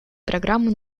программы